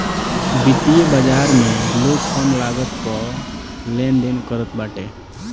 वित्तीय बाजार में लोग कम लागत पअ लेनदेन करत बाटे